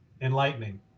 enlightening